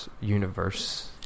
universe